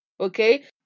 okay